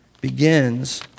begins